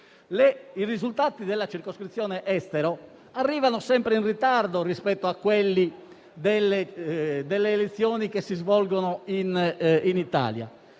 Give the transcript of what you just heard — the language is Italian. i risultati della circoscrizione estero arrivano sempre in ritardo rispetto alle elezioni che si svolgono in Italia